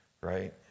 right